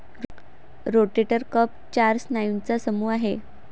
rotator cuff चार स्नायूंचा समूह आहे